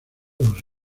los